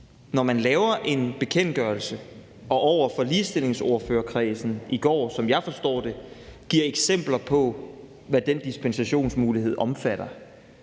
når man laver en bekendtgørelse og over for ligestillingsordførerkredsen i går, som jeg forstår det, giver eksempler på, hvad den dispensationsmulighed omfatter,